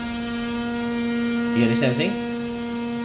do you understand I'm saying